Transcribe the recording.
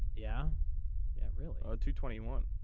yeah yeah it really ought to twenty one.